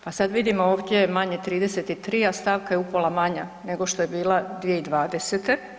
Pa sad vidimo ovdje manje 33, a stavka je upola manja nego što je bila 2020.